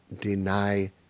deny